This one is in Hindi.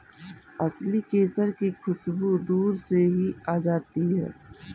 असली केसर की खुशबू दूर से ही आ जाती है